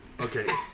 Okay